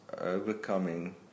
overcoming